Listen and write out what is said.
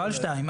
לא על שתיים,